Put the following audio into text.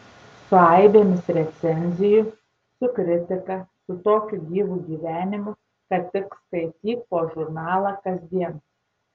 su aibėmis recenzijų su kritika su tokiu gyvu gyvenimu kad tik skaityk po žurnalą kasdien